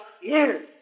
years